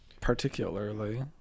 particularly